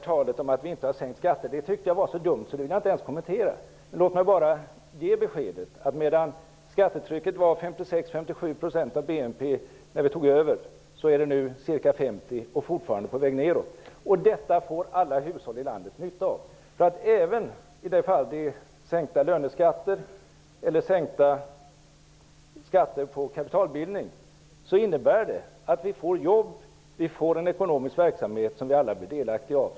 Talet om att vi inte har sänkt skatter tycker jag var så dumt att det vill jag inte ens kommentera. Låt mig bara ge beskedet att medan skattetrycket var 56--57 % av BNP när vi tog över så är det nu ca 50 och fortfarande på väg nedåt. Detta får alla hushåll i landet nytta av. Även i de fall då det är sänkta löneskatter eller sänkta skatter på kapitalbildning innebär det att det skapas jobb, att vi får en ekonomisk verksamhet som alla blir delaktiga av.